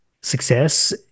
success